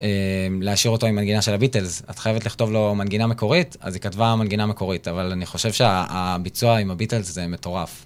להשאיר אותו עם מנגינה של הביטלס, את חייבת לכתוב לו מנגינה מקורית, אז היא כתבה מנגינה מקורית, אבל אני חושב שהביצוע עם הביטלס זה מטורף.